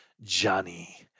Johnny